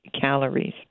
calories